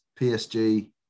PSG